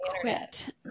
quit